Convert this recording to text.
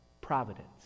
providence